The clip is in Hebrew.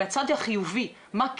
מהצד החיובי, מה כן.